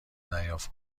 دریافت